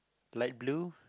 light blue